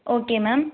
okay ma'am